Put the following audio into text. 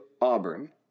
Auburn